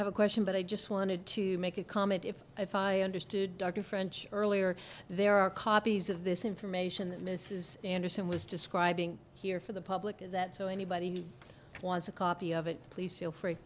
have a question but i just wanted to make a comment if i if i understood dr french earlier there are copies of this information that mrs anderson was describing here for the public is that so anybody who wants a copy of it please feel free